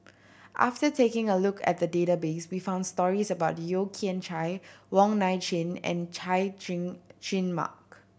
after taking a look at the database we found stories about Yeo Kian Chai Wong Nai Chin and Chay Jung Jun Mark